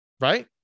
right